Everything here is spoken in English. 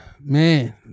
man